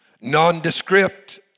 nondescript